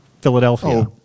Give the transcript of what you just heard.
Philadelphia